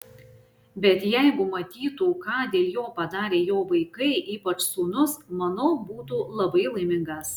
bet jeigu matytų ką dėl jo padarė jo vaikai ypač sūnus manau būtų labai laimingas